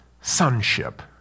sonship